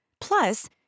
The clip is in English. Plus